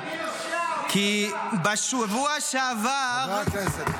כי בשבוע שעבר -- חברי הכנסת.